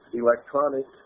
electronic